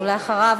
ואחריו,